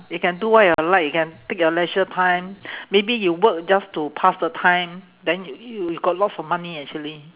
you can do what you like you can take your leisure time maybe you work just to pass the time then you you got lots of money actually